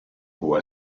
può